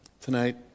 tonight